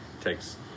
takes